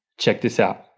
check this out.